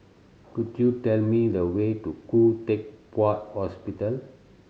could you tell me the way to Khoo Teck Puat Hospital